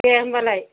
दे होनबालाय